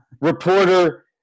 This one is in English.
Reporter